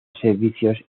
servicios